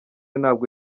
ntabwo